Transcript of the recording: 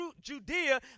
Judea